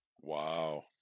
Wow